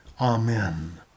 amen